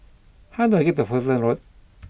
how do I get to Fullerton Road